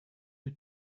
you